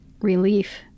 relief